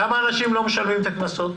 כמה אנשים לא משלמים את הקנסות?